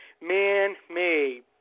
man-made